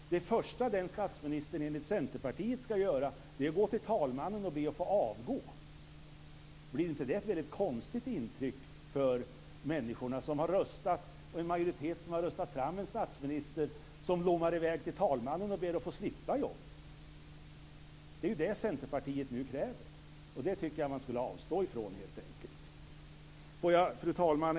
Det första den statsministern enligt Centerpartiet ska göra är att gå till talmannen och be att få avgå. Blir inte det ett väldigt konstigt intryck för den majoritet som har röstat fram en statsminister som lommar i väg till talmannen och ber att få slippa jobbet? Det är det Centerpartiet nu kräver. Det tycker jag att man skulle avstå ifrån, helt enkelt.